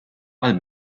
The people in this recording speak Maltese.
għal